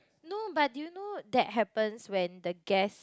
no but do you know that happens when the gas